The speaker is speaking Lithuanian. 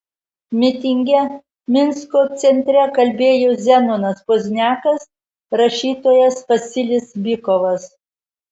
mitinge minsko centre kalbėjo zenonas pozniakas rašytojas vasilis bykovas